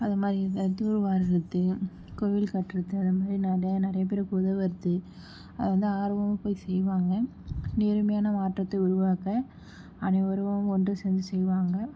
அதுமாதிரி இந்த தூறு வார்றது கோவில் கட்டுறது அதுமாதிரி நிறையா நிறைய பேருக்கு உதவறது அது வந்து ஆர்வமாக போய் செய்வாங்க நேர்மையான மாற்றத்தை உருவாக்க அனைவரும் ஒன்று சேர்ந்து செய்வாங்க